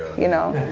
you know.